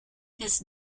his